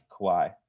Kawhi